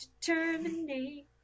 Determinate